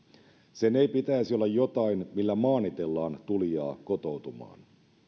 sen ei pitäisi olla jotain millä maanitellaan tulijaa kotoutumaan